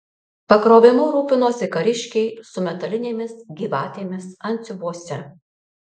pakrovimu rūpinosi kariškiai su metalinėmis gyvatėmis antsiuvuose